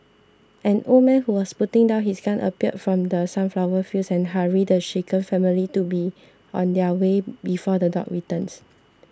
an old man who was putting down his gun appeared from the sunflower fields and hurried the shaken family to be on their way before the dogs returns